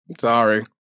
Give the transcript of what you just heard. Sorry